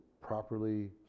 properly